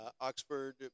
Oxford